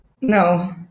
No